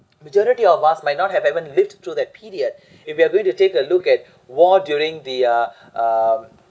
majority of us might not have haven't lived through that period if you are going to take a look at war during the uh um